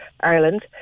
Ireland